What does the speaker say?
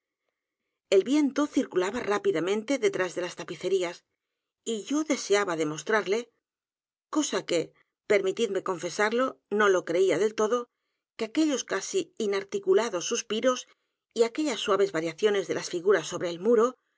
el viento circulaba rápidamente detrás de las tapicerías y yo deseaba demostrarle cosa que permitidme confesarlo no lo creía del lodo que aquellos casi inarticulados suspiros y aquellas suaves variaciones de las figuras sobre el m